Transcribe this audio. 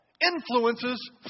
influences